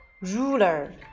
ruler